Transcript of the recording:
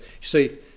see